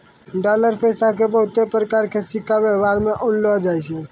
dollar पैसा के बहुते प्रकार के सिक्का वेवहार मे आनलो जाय छै